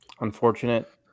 unfortunate